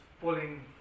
pulling